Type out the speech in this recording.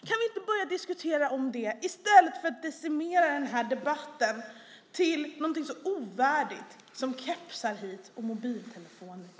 Kan vi inte börja diskutera det i stället för att decimera debatten till att handla om något så ovärdigt som kepsar hit och mobiltelefoner dit?